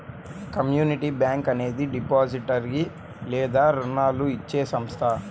community bank అనేది depository లేదా రుణాలు ఇచ్చే సంస్థ